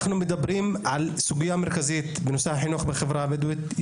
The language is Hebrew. אנחנו מדברים על סוגייה מרכזית בנושא החינוך בחברה הבדואית.